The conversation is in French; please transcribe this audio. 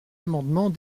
amendement